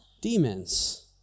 demons